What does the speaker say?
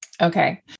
Okay